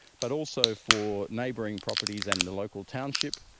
but also for neighbouring properties and the local township.